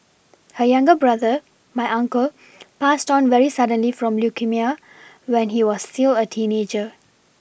her younger brother my uncle passed on very suddenly from leukaemia when he was still a teenager